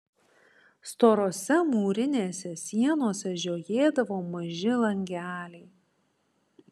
storose mūrinėse sienose žiojėdavo maži langeliai